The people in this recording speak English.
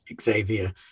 Xavier